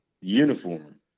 uniform